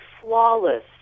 flawless